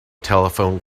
telephone